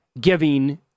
giving